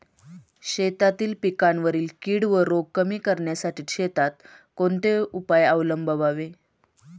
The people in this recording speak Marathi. शेतातील पिकांवरील कीड व रोग कमी करण्यासाठी शेतात कोणते उपाय अवलंबावे?